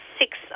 six